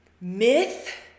myth